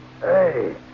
Hey